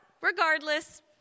regardless